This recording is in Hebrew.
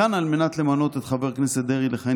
מכאן על מנת למנות את חבר הכנסת דרעי לכהן